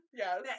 yes